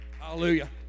Hallelujah